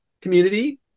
community